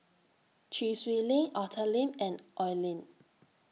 Chee Swee Lee Arthur Lim and Oi Lin